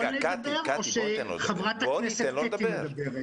אני יכול לדבר, או שחברת הכנסת קטי מדברת?